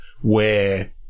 where-